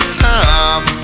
time